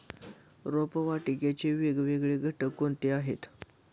रोपवाटिकेचे वेगवेगळे घटक कोणते आहेत?